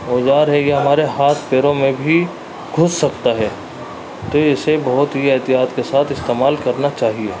اوزار ہے یہ ہمارے ہاتھ پیروں میں بھی گھس سکتا ہے تو اسے بہت ہی احتیاط کے ساتھ استعمال کرنا چاہیے